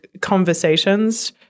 conversations